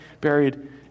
buried